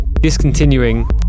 discontinuing